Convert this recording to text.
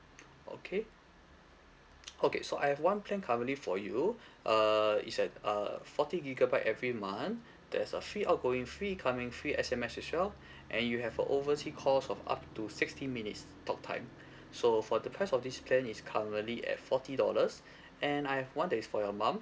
okay okay so I have one plan currently for you uh is at uh forty gigabyte every month there's a free outgoing free incoming free S_M_S as well and you have a oversea calls of up to sixty minutes talk time so for the price of this plan is currently at forty dollars and I have one that is for your mum